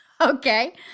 Okay